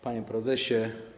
Panie Prezesie!